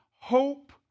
hope